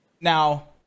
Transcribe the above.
Now